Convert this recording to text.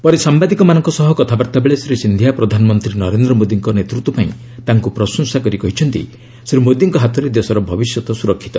ପରେ ସାମ୍ଭାଦିକମାନଙ୍କ ସହ କଥାବାର୍ତ୍ତାବେଳେ ଶ୍ରୀ ସିନ୍ଧିଆ ପ୍ରଧାନମନ୍ତ୍ରୀ ନରେନ୍ଦ୍ର ମୋଦିଙ୍କ ନେତୃତ୍ୱପାଇଁ ତାଙ୍କୁ ପ୍ରଶଂସା କରି କହିଛନ୍ତି ଶ୍ରୀ ମୋଦିଙ୍କ ହାତରେ ଦେଶର ଭବିଷ୍ୟତ ସୁରକ୍ଷିତ